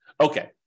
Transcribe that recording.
Okay